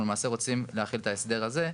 אנחנו למעשה רוצים להחיל את ההסדר הזה,